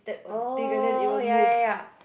oh ya ya ya